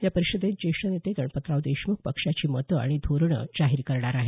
या परिषदेत ज्येष्ठ नेते गणपतराव देशमुख पक्षाची मतं आणि धोरणं जाहीर करणार आहेत